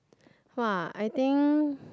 !wah! I think